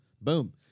Boom